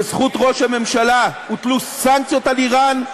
בזכות ראש הממשלה הוטלו סנקציות על איראן,